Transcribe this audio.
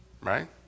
right